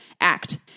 act